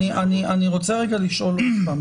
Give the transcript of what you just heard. אני רוצה לשאול עוד פעם.